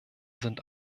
sind